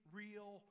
real